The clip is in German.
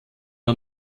der